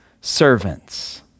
servants